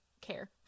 care